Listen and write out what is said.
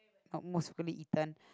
or most frequently eaten